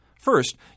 First